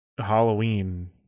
halloween